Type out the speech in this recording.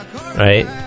Right